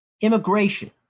immigration